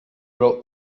wrote